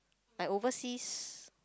like overseas